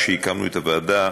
כשהקמנו את הוועדה,